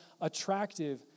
attractive